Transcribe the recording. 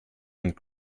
und